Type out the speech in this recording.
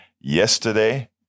yesterday